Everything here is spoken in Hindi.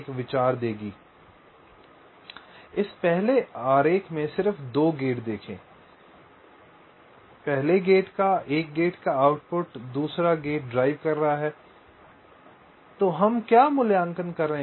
रिफ़र स्लाइड टाइम 1219 इस पहले आरेख में सिर्फ 2 गेट देखें 1 गेट का आउटपुट दूसरा गेट ड्राइव कर रहा है तो हम क्या मूल्यांकन कर रहे हैं